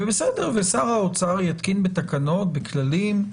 שר האוצר יתקין בתקנות, בכללים,